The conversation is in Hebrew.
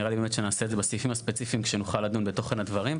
נראה לי באמת שנעשה את זה בסעיפים הספציפיים שנוכל לדון בתוכן הדברים.